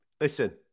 Listen